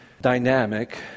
dynamic